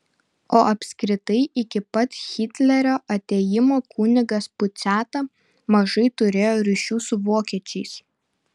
o apskritai iki pat hitlerio atėjimo kunigas puciata mažai turėjo ryšių su vokiečiais